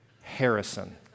Harrison